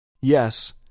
Yes